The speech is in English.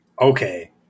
Okay